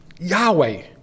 Yahweh